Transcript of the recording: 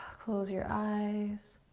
close your eyes.